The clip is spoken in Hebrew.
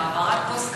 על העברת כוס קפה,